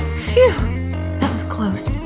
phew! that was close.